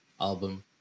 album